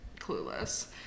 clueless